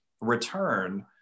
return